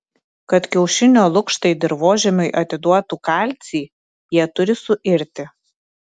kad kiaušinio lukštai dirvožemiui atiduotų kalcį jie turi suirti